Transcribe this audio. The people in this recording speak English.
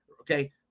Okay